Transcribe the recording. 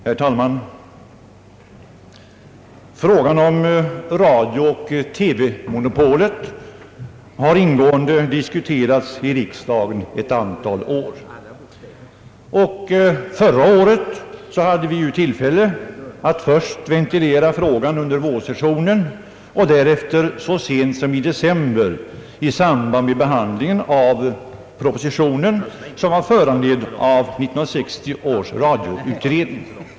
Herr talman! Frågan om radiooch TV-monopolet har ingående diskuterats i riksdagen ett antal år. Förra året hade vi ju tillfälle att först ventilera problemet under vårsessionen och därefter så sent som i december i samband med behandlingen av den proposition som var föranledd av 1960 års radioutredning.